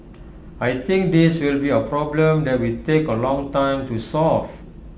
I think this will be A problem that will take A long time to solve